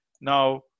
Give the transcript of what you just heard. Now